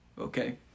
okay